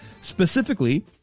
specifically